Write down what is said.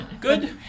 Good